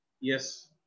Yes